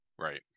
right